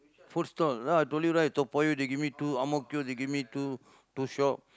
food stall lah I told you right Toa-Payoh they give me two Ang-Mo-Kio they give me two two shops